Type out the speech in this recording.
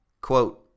quote